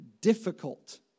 difficult